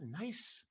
nice